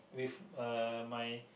with uh my